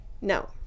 No